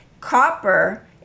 Copper